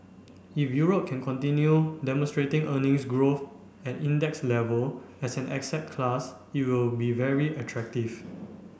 if Europe can continue demonstrating earnings growth at index level as an asset class it will be very attractive